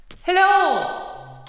Hello